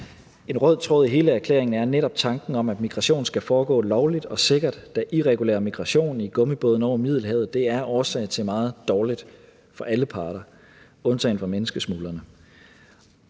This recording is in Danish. En rød tråd i hele erklæringen er netop tanken om, at migration skal foregå lovligt og sikkert, da irregulær migration i gummibåden over Middelhavet er årsag til meget dårligt for alle parter, undtagen for menneskesmuglerne.